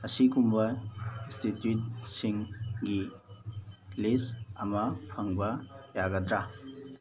ꯑꯁꯤꯒꯨꯝꯕ ꯏꯟꯁꯇꯤꯇ꯭ꯌꯨꯠꯁꯤꯡꯒꯤ ꯂꯤꯁ ꯑꯃ ꯐꯪꯕ ꯌꯥꯒꯗ꯭ꯔꯥ